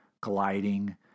gliding